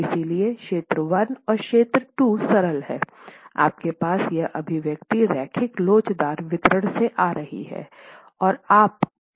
इसलिए क्षेत्र 1 और क्षेत्र 2 सरल हैं आपके पास यह अभिव्यक्ति रैखिक लोचदार वितरण से आ रही है